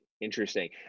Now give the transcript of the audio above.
Interesting